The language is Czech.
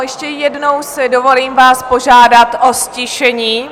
Ještě jednou si dovolím vás požádat o ztišení.